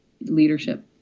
leadership